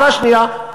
הערה שנייה,